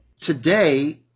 today